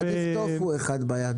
עדיף ציפור אחת ביד